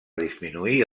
disminuir